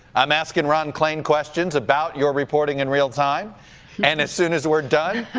i'm asking ron klain questions about your reporting in real time and as soon as we're done,